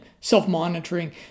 self-monitoring